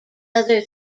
other